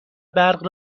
برق